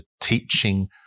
teaching